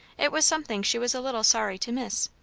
it was something she was a little sorry to miss.